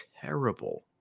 terrible